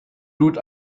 lud